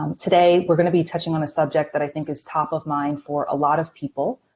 um today, we're going to be touching on a subject that i think is top of mind for a lot of people,